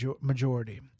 majority